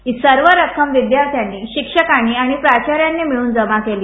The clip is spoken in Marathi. ही सर्व रक्कम विद्यार्थ्यांनी शिक्षकांनी आणि प्राचार्यांनी मिळून जमा केली